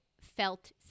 felt